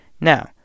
Now